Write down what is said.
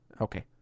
Okay